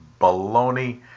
baloney